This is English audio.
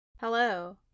Hello